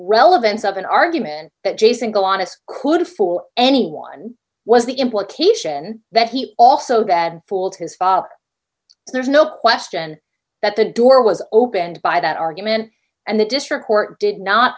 relevance of an argument that jason go on to could fool anyone was the implication that he also dad fooled his father so there's no question that the door was opened by that argument and the district court did not